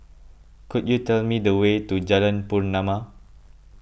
could you tell me the way to Jalan Pernama